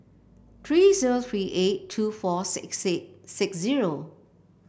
three zero three eight two four six six six zero